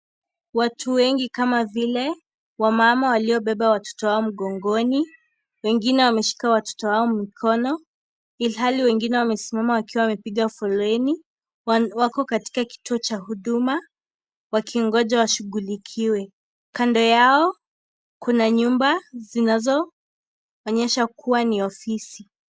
Watu wengi kama vile, wamama walio beba watoto wao mgongoni. Wengine wameshika watoto wao mikono, ilhali wengine wamesimama wakiwa wamepiga foleni. Wako katika kituo cha huduma wakingoja washughulikiwe. Kando yao kuna nyumba zinazoonyesha kuwa ni ofisi.